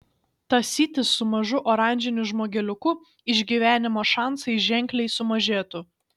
tąsytis su mažu oranžiniu žmogeliuku išgyvenimo šansai ženkliai sumažėtų